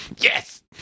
yes